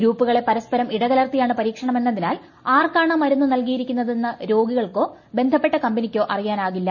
ഗ്രൂപ്പുകളെ പരസ്പരം ഇടകലർത്തിയാണ് പരീക്ഷണമെന്നതിനാൽ ആർക്കാണ് മരുന്ന് നൽകിയിരിക്കുന്നതെന്ന് രോഗികൾക്കോ ബന്ധപ്പെട്ട കമ്പനിക്കോ അറിയാനാകില്ല